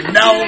no